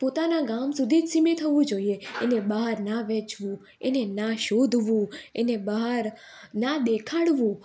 પોતાના ગામ સુધી જ સીમિત હોવું જોઈએ એને બહારના વેચવું એને ના શોધવું એને બહાર ના દેખાડવું